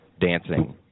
dancing